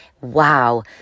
Wow